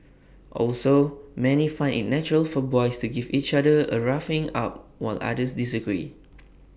also many find IT natural for boys to give each other A roughening up while others disagree